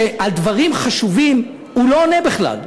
שעל דברים חשובים הוא לא עונה בכלל,